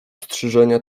strzyżenia